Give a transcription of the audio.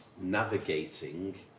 navigating